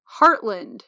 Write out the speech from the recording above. Heartland